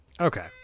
Okay